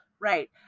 Right